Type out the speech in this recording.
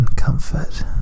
comfort